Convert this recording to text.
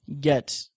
get